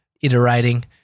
iterating